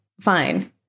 fine